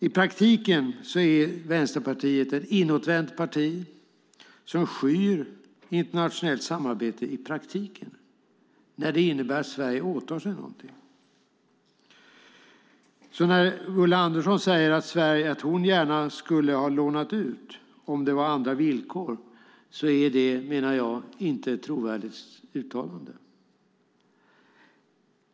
I praktiken är Vänsterpartiet ett inåtvänt parti som skyr internationellt samarbete i praktiken när det innebär att Sverige åtar sig någonting. När Ulla Andersson säger att hon gärna skulle ha lånat ut om det var andra villkor menar jag att det inte är ett trovärdigt uttalande.